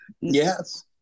Yes